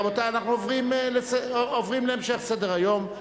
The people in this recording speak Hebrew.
רבותי, אנחנו עוברים להמשך סדר-היום.